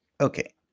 Okay